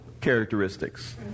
characteristics